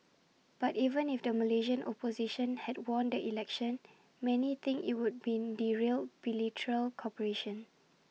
but even if the Malaysian opposition had won the election not many think IT would have derailed bilateral cooperation